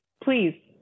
Please